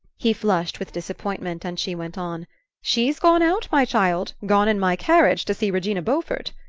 he flushed with disappointment, and she went on she's gone out, my child gone in my carriage to see regina beaufort.